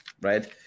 right